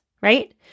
right